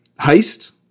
Heist